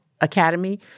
Academy